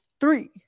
three